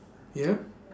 ya